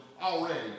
already